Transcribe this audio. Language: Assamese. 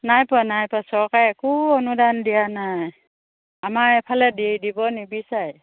নাই পোৱা নাই পোৱা চৰকাৰে একো অনুদান দিয়া নাই আমাৰ এফালে দি দিব নিবিচাৰে